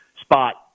spot